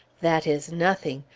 that is nothing,